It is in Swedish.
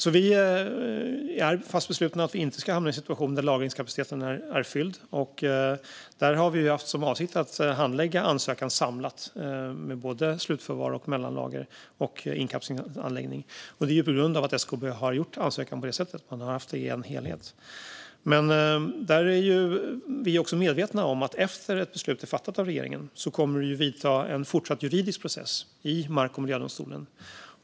Vi är fast beslutna att inte hamna i en situation där lagringskapaciteten är fylld. Vi har haft för avsikt att handlägga ansökan samlat, gällande både slutförvar, mellanlager och inkapslingsanläggning, på grund av att SKB har gjort ansökan på det sättet - som en helhet. Vi är också medvetna om att en fortsatt juridisk process i mark och miljödomstolen kommer att vidta efter att ett beslut är fattat av regeringen.